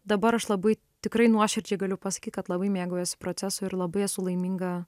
dabar aš labai tikrai nuoširdžiai galiu pasakyt kad labai mėgaujuos procesu ir labai esu laiminga